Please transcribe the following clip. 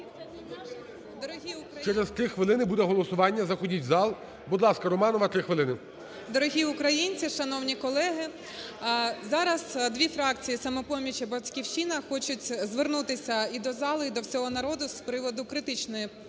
Через 3 хвилини буде голосування, заходіть в зал. Будь ласка, Романова, 3 хвилини. 16:10:23 РОМАНОВА А.А. Дорогі українці, шановні колеги! Зараз дві фракції – "Самопоміч" і "Батьківщина" – хочуть звернутися і до зали, і до всього народу з приводу критичної